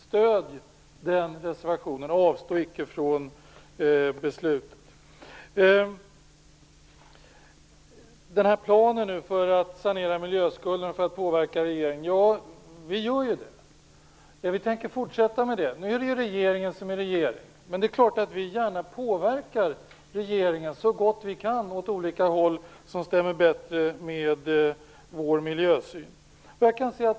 Stöd reservationen och avstå icke från beslut. Beträffande en plan för att sanera miljöskulden och för att påverka regeringen vill jag säga att vi gör det, och vi tänker fortsätta med det. Nu har vi en regering, men det är klart att vi gärna påverkar regeringen så gott vi kan åt olika håll som bättre stämmer överens med vår miljösyn.